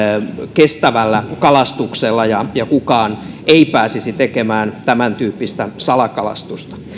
kestävällä kalastuksella ja ja kukaan ei pääsisi tekemään tämän tyyppistä salakalastusta